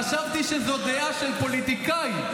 חשבתי שזאת דעה של פוליטיקאים,